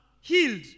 healed